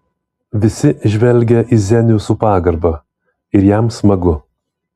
visi žvelgia į zenių su pagarba ir jam smagu